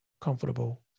comfortable